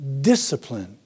discipline